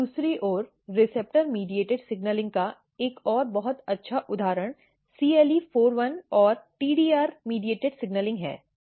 दूसरी ओर रिसेप्टर मध्यस्थता सिग्नलिंग का एक और बहुत अच्छा उदाहरण CLE41 और TDR मध्यस्थता सिग्नलिंग है